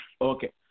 Okay